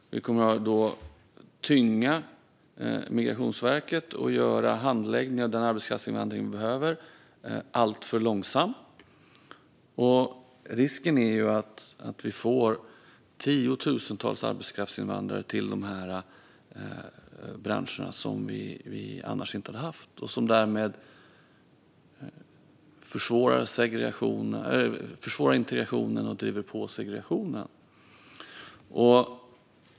Det kommer att tynga Migrationsverket och göra handläggningen av den arbetskraftsinvandring vi behöver alltför långsam. Risken är att vi får tiotusentals arbetskraftsinvandrare till branscherna som vi annars inte hade haft och därmed försvårar integrationen och driver på segregationen.